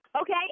Okay